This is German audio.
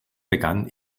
begann